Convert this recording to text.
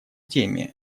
теме